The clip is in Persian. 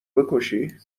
بکشی